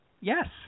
Yes